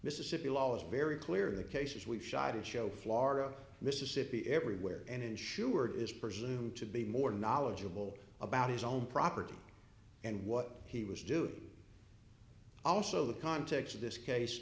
mississippi law is very clear the cases we shot in show florida mississippi everywhere and insured is presumed to be more knowledgeable about his own property and what he was doing also the context of this case